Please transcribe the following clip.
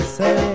say